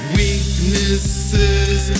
weaknesses